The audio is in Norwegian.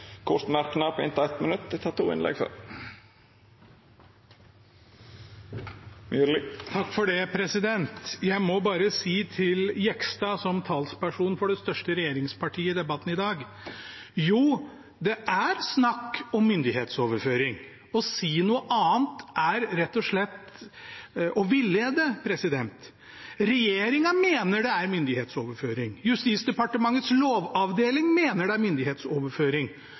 Jegstad som talsperson for det største regjeringspartiet i debatten i dag: Jo, det er snakk om myndighetsoverføring. Å si noe annet er rett og slett å villede. Regjeringen mener det er myndighetsoverføring. Justisdepartementets lovavdeling mener det er myndighetsoverføring.